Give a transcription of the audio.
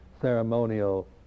ceremonial